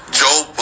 joe